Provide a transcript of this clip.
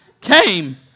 came